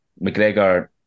McGregor